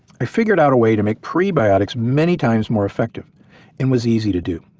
i figured out a way to make prebiotics many times more effective and was easy to do.